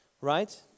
right